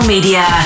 media